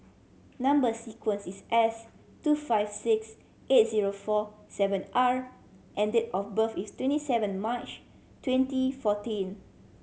number sequence is S two five six eight zero four seven R and date of birth is twenty seven March twenty fourteen